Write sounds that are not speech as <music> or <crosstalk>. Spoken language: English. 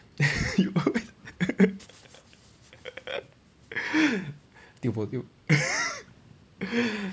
<laughs> <laughs>